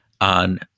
on